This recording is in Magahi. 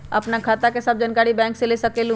आपन खाता के सब जानकारी बैंक से ले सकेलु?